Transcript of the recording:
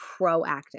proactive